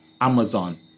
Amazon